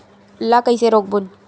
ला कइसे रोक बोन?